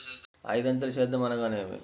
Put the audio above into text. ఐదంచెల సేద్యం అనగా నేమి?